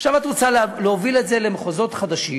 עכשיו את רוצה להוביל את זה למקומות חדשים,